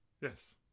yes